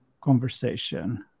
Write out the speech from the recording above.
conversation